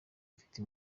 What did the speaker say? mfite